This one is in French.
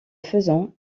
faisant